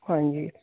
ਹਾਂਜੀ